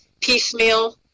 piecemeal